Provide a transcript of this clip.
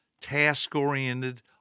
task-oriented